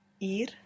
ir